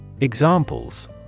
Examples